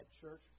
church